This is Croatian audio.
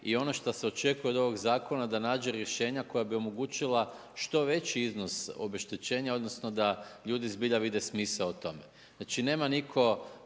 i ono što se očekuje od ovog zakona, da nađe rješenja koja bi omogućila što veći iznos obeštećenja, odnosno, da ljudi zbilja vide smisao u tome. Znači nema nitko